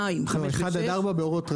1 עד 4 באורות רבין,